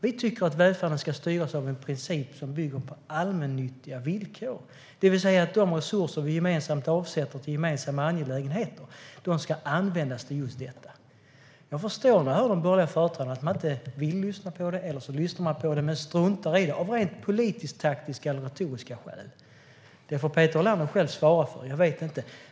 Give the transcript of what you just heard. Vi tycker att välfärden ska styras av en princip som bygger på allmännyttiga villkor, det vill säga att de resurser vi gemensamt avsätter till gemensamma angelägenheter ska användas till just detta. När jag hör de borgerliga företrädarna förstår jag att de inte vill lyssna på detta. Eller så lyssnar de på det men struntar i det av rent politisk-taktiska eller retoriska skäl. Det får Peter Helander själv svara för, jag vet inte.